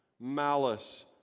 malice